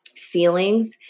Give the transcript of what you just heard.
feelings